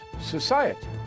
society